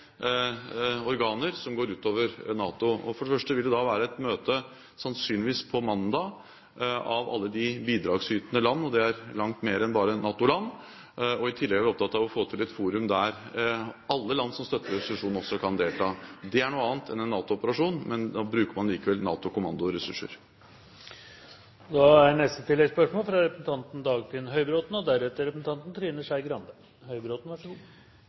organer som går utover NATO. For det første vil det da være et møte, sannsynligvis på mandag, av alle de bidragsytende land, og det er langt mer enn bare NATO-land. I tillegg er vi opptatt av å få til et forum der alle land som støtter resolusjonen, også kan delta. Det er noe annet enn en NATO-operasjon, men da bruker man allikevel NATO-kommandoressurser. Dagfinn Høybråten – til oppfølgingsspørsmål. Jeg er helt enig med statsministeren i at det ikke bør skapes unødig usikkerhet om et så viktig spørsmål her i Stortinget, og